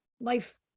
Life